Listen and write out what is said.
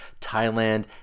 Thailand